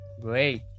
Great